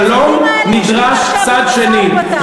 לשלום נדרש צד שני,